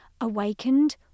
awakened